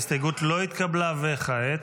ההסתייגות לא נתקבלה, וכעת?